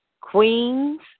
Queen's